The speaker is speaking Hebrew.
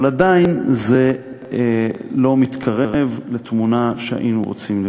אבל עדיין זה לא מתקרב לתמונה שהיינו רוצים לראות.